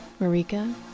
Marika